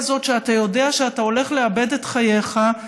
הזאת כשאתה יודע שאתה הולך לאבד את חייך.